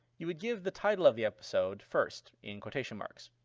you would give the title of the episode first, in quotation marks.